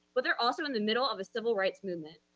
but they're also in the middle of a civil rights movement.